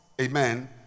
Amen